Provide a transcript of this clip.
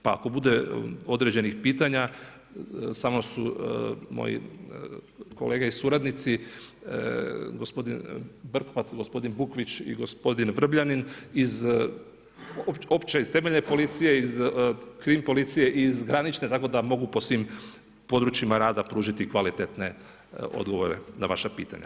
Pa ako bude određenih pitanja, sa mnom su moji kolege i suradnici, gospodin Brkovac, gospodin Bukvić i gospodin Vrbljanin iz opće, iz temeljne policije iz krim policije i iz granične, tako da mogu po svim područjima rada pružiti kvalitetne odgovore na vaša pitanja.